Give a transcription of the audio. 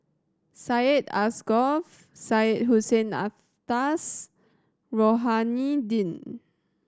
Syed Alsagoff Syed Hussein Alatas Rohani Din